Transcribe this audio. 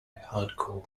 hardcore